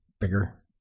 bigger